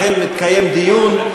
לכן יתקיים דיון,